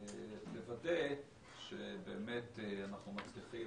נצטרך לוודא שבאמת אנחנו מצליחים